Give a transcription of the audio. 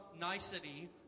nicety